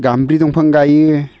गामबारि दंफां गायो